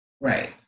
Right